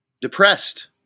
Depressed